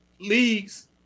leagues